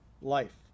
life